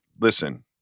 listen